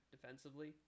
defensively